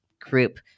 group